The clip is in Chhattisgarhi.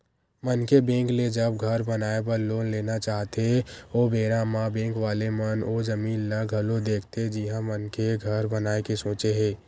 मनखे बेंक ले जब घर बनाए बर लोन लेना चाहथे ओ बेरा म बेंक वाले मन ओ जमीन ल घलो देखथे जिहाँ मनखे घर बनाए के सोचे हे